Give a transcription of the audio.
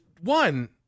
one